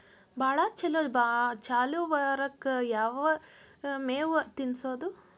ಭಾಳ ಛಲೋ ಜಾನುವಾರಕ್ ಯಾವ್ ಮೇವ್ ತಿನ್ನಸೋದು?